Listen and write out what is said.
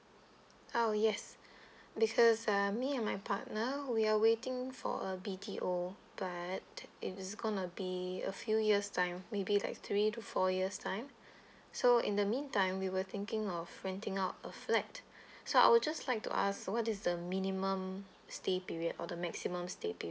oh yes because uh me and my partner we are waiting for a B_T_O but it was gonna be a few year's time maybe like three to four year's time so in the meantime we were thinking of renting out a flat so I would just like to ask what is the minimum stay period or the maximum stay period